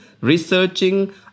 researching